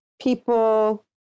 people